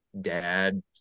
dad